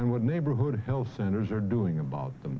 and what neighborhood health centers are doing about the